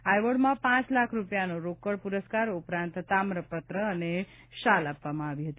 આ એવોર્ડમાં પાંચ લાખ રૂપિયાનો રોકડ પૂરસ્કાર ઉપરાંત તામ્રપત્ર અને શાલ આપવામાં આવે છે